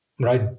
Right